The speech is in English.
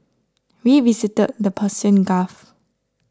we visited the Persian Gulf